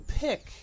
Pick